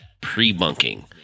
pre-bunking